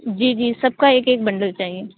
جی جی سب کا ایک ایک بنڈل چاہیے